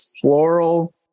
floral